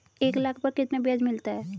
एक लाख पर कितना ब्याज मिलता है?